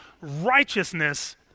righteousness